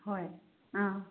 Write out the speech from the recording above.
ꯍꯣꯏ ꯑꯥ